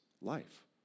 life